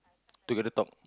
together talk